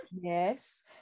Yes